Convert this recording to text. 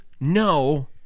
no